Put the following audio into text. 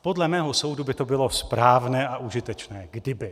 Podle mého soudu by to bylo správné a užitečné, kdyby.